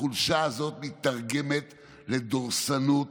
החולשה הזאת מיתרגמת לדורסנות